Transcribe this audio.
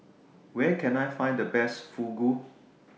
Where Can I Find The Best Fugu